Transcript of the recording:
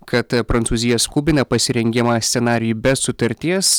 kad prancūzija skubina pasirengimą scenarijui be sutarties